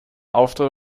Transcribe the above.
auftritt